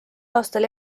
aastal